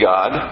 God